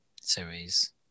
series